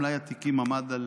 מלאי התיקים עמד על